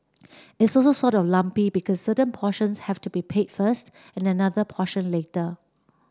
it's also sort of lumpy because certain portions have to be paid first and another portion later